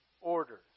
orders